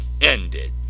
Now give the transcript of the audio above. ended